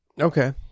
Okay